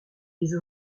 les